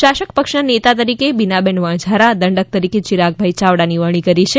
શાસક પક્ષના નેતા તરીકે બીનાબેન વણઝારા દંડક તરીકે ચિરાગભાઈ ચાવડાની વરણી કરી છે